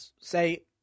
Say